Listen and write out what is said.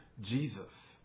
Jesus